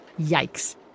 Yikes